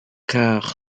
car